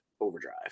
Overdrive